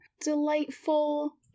delightful